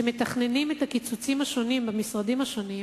שמתכננים את הקיצוצים השונים במשרדים השונים,